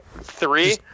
three